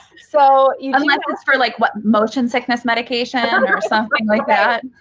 so you know for like what? motion sickness medication and or something like that?